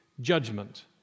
judgment